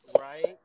Right